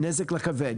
נזק לכבד,